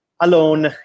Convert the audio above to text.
alone